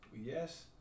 Yes